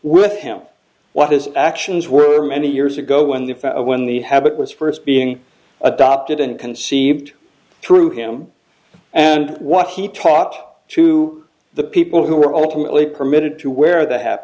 with him what his actions were many years ago when the when the habit was first being adopted and conceived through him and what he taught to the people who were ultimately permitted to wear the ha